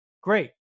great